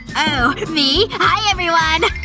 oh, me? hi everyone!